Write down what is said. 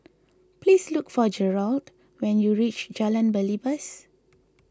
please look for Jerold when you reach Jalan Belibas